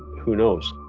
who knows?